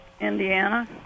Indiana